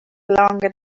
longer